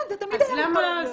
כן, זה תמיד היה לכל ההריונות.